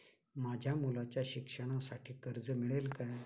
माझ्या मुलाच्या शिक्षणासाठी कर्ज मिळेल काय?